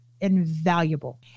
invaluable